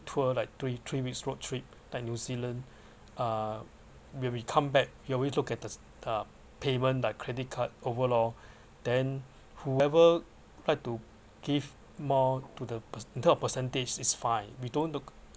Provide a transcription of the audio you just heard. tour like three three weeks road trip by new zealand uh when we come back we always look at the uh payment like credit card overall then whoever like to give more to the in term of percentage is fine we don't look